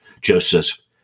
Joseph